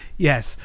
Yes